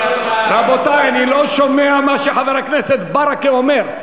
רבותי, אני לא שומע מה שחבר הכנסת ברכה אומר.